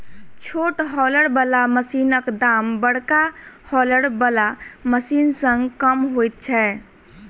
छोट हौलर बला मशीनक दाम बड़का हौलर बला मशीन सॅ कम होइत छै